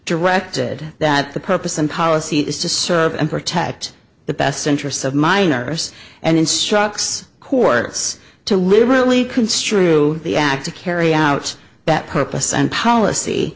directed that the purpose and policy is to serve and protect the best interests of minors and instructs kooris to really construe the act to carry out that purpose and policy